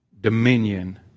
dominion